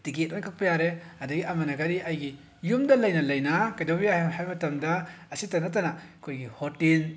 ticket ꯑꯣꯏ ꯀꯛꯄ ꯌꯥꯔꯦ ꯑꯗꯒꯤ ꯑꯃꯅ ꯀꯔꯤ ꯑꯩꯒꯤ ꯌꯨꯝꯗ ꯂꯩꯅ ꯂꯩꯅ ꯀꯩꯗꯧꯕ ꯌꯥꯏ ꯍꯥꯏꯕ ꯃꯇꯝꯗ ꯑꯁꯤꯇ ꯅꯠꯇꯅ ꯑꯩꯈꯣꯏꯒꯤ ꯍꯣꯇꯦꯜ